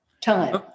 time